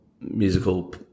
musical